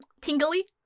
Tingly